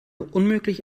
unmöglich